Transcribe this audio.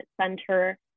center